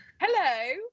Hello